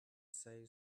say